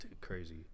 Crazy